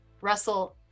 Russell